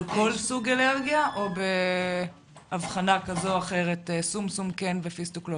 על כל סוג אלרגיה או באבחנה כזו או אחרת שומשום כן ופיסטוק לא?